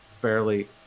fairly